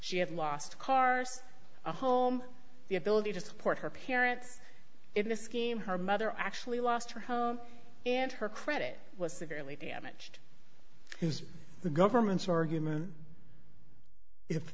she had lost cars a home the ability to support her parents in a scheme her mother actually lost her home and her credit was severely damaged is the government's argument if